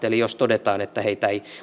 eli jos todetaan että heitä ei